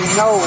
no